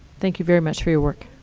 thank you very much for your work.